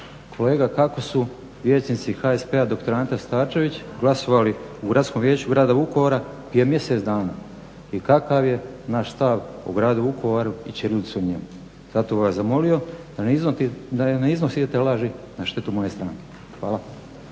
kolega kako su vijećnici HSP-a dr. Ante Starčević glasovali u Gradskom vijeću grada Vukovara prije mjesec dana i kakav je naš stav o gradu Vukovaru i ćirilici u njemu. Zato bih vas zamolio da ne iznosite laži na štetu moje stranke. Hvala.